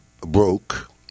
broke